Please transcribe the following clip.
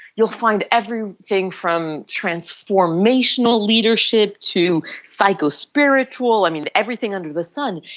you will find everything from transformational leadership to psycho-spiritual, i mean everything under the sun.